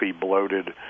bloated